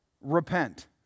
Repent